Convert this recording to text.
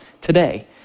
today